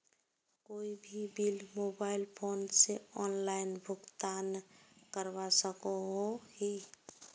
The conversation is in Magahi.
कोई भी बिल मोबाईल फोन से ऑनलाइन भुगतान करवा सकोहो ही?